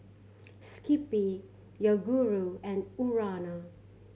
Skippy Yoguru and Urana